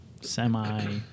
semi